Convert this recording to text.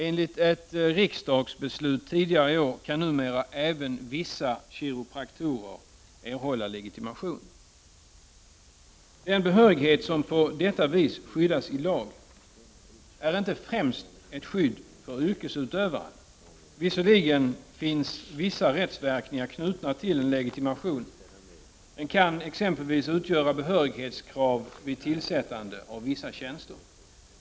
Enligt ett riksdagsbeslut tidigare i år kan numera även vissa kiropraktorer erhålla legitimation. Den behörighet som på detta sätt skyddas i lag är inte främst ett skydd för yrkesutövaren. Visserligen finns vissa rättsverkningar knutna till en legitimation. Den kan exempelvis utgöra ett behörighetskrav vid tillsättande av vissa tjänster.